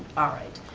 alright.